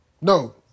No